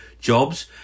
jobs